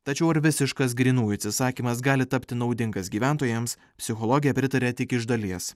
tačiau ar visiškas grynųjų atsisakymas gali tapti naudingas gyventojams psichologė pritaria tik iš dalies